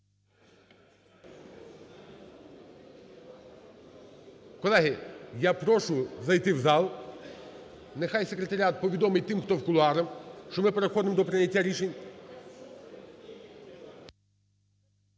Колеги, я прошу зайти в зал, нехай Секретаріат повідомить тим, хто в кулуарах, що ми переходимо до прийняття рішень.